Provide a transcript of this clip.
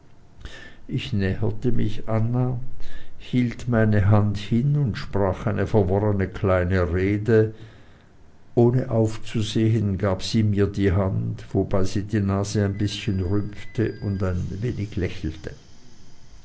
ich näherte mich anna hielt meine hand hin und sprach eine verworrene kleine rede ohne aufzusehen gab sie mir die hand wobei sie die nase ein bißchen rümpfte und ein wenig lächelte